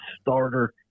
starter